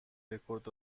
رکورد